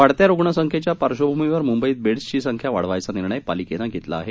वाढत्या रुग्णांच्या पार्श्वभूमीवर मुंबईत बेडसची संख्या वाढवायचा निर्णय पालिकेनं घेतला आहे